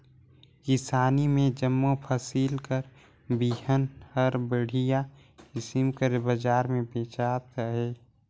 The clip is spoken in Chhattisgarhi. किसानी में जम्मो फसिल कर बीहन हर बड़िहा किसिम कर बजार में बेंचात अहे